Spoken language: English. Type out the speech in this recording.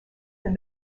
that